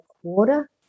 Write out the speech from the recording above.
quarter